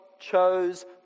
chose